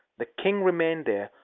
the king remained there,